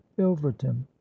ilverton